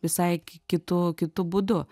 visai k kitu kitu būdu